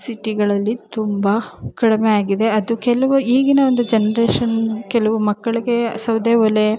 ಸಿಟಿಗಳಲ್ಲಿ ತುಂಬ ಕಡಿಮೆ ಆಗಿದೆ ಅದು ಕೆಲವು ಈಗಿನ ಒಂದು ಜನ್ರೇಷನ್ ಕೆಲವು ಮಕ್ಕಳಿಗೆ ಸೌದೆ ಒಲೆ